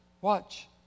watch